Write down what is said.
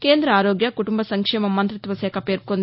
కేంద్ర ఆరోగ్య కుటుంబ సంక్షేమ మంతిత్వశాఖ తెలిపింది